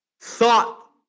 thought